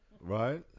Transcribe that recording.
Right